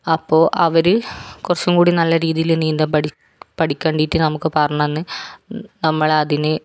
അപ്പോൾ അവർ കുറച്ചുംകൂടി നല്ല രീതിയിൽ നീന്തം പഠിക്കാൻ വേണ്ടിയിട്ട് നമുക്ക് പറഞ്ഞു തന്നു നമ്മളെ അതിന്